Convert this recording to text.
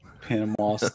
Panama